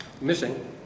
missing